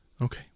Okay